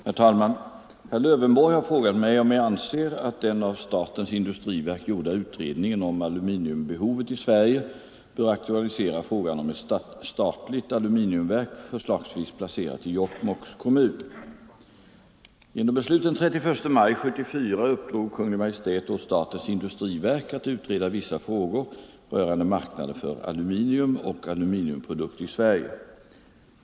Herr talman! Herr Lövenborg har frågat mig om jag anser att den av statens industriverk gjorda utredningen om aluminiumbehovet i Sverige bör aktualisera frågan om ett statligt aluminiumverk förslagsvis placerat i Jokkmokks kommun. Genom beslut den 31 maj 1974 uppdrog Kungl. Maj:t åt statens industriverk att utreda vissa frågor rörande marknaden för aluminium och aluminiumprodukter i Sverige.